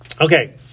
Okay